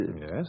Yes